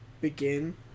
begin